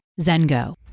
Zengo